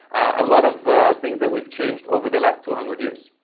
a lot of things that we've changed over the last two hundred years.